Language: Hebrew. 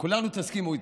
כולכם תסכימו איתי: